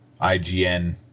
IGN